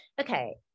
Okay